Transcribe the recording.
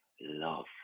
love